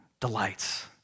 delights